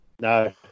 no